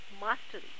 mastery